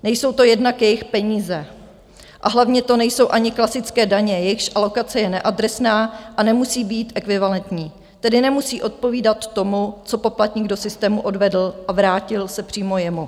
Nejsou to jednak jejich peníze a hlavně to nejsou ani klasické daně, jejichž alokace je neadresná a nemusí být ekvivalentní, tedy nemusí odpovídat tomu, co poplatník do systému odvedl a vrátil se přímo jemu.